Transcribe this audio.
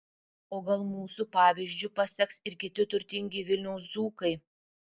o gal mūsų pavyzdžiu paseks ir kiti turtingi vilniaus dzūkai